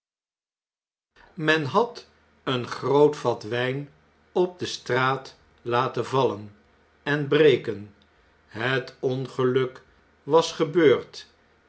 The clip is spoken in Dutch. men had een groot vat wjjn op straat laten vallen en breken het ongeluk was gebeurd